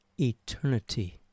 Eternity